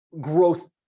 growth